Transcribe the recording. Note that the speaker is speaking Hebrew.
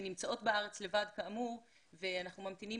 כאלה שנמצאות בארץ לבד ואנחנו ממתינים